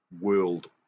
world